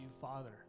Father